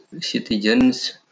citizens